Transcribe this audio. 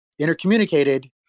intercommunicated